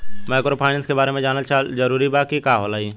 Microfinance के बारे में जानल जरूरी बा की का होला ई?